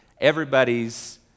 everybody's